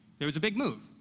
there was a big move.